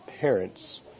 parents